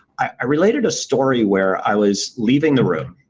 i related a story where i was leaving the room.